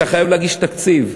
אתה חייב להגיש תקציב.